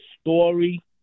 Story